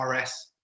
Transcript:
RS